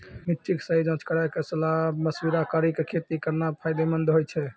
मिट्टी के सही जांच कराय क सलाह मशविरा कारी कॅ खेती करना फायदेमंद होय छै